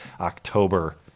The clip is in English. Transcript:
October